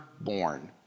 born